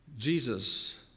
Jesus